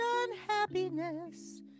unhappiness